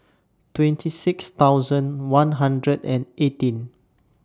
twenty six thousand one hundred and eighteen